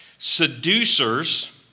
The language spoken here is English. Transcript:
Seducers